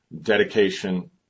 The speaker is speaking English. dedication